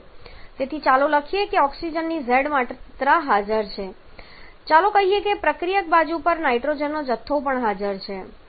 તેથી ચાલો લખીએ કે ઓક્સિજનની z માત્રા હાજર છે અને ચાલો કહીએ કે પ્રક્રિયક બાજુ પર નાઈટ્રોજનનો જથ્થો પણ હાજર છે